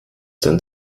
denn